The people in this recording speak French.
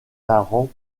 parents